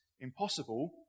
impossible